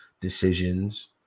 decisions